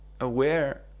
aware